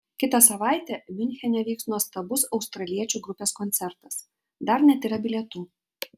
kitą savaitę miunchene vyks nuostabus australiečių grupės koncertas dar net yra bilietų